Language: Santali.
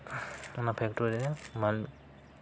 ᱚᱱᱟ ᱯᱷᱮᱠᱴᱚᱨᱤ ᱨᱮ